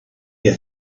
have